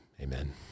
Amen